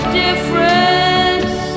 difference